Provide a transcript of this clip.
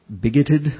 bigoted